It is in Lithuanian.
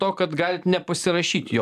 to kad galit nepasirašyt jo